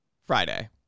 Friday